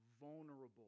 vulnerable